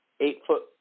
eight-foot